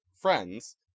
friends